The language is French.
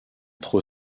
trop